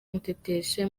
muteteshe